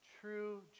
true